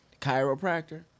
chiropractor